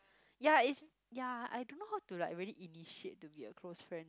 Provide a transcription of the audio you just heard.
ya is ya I don't know how to like really initiate to be a close friend